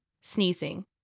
sneezing